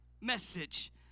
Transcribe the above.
message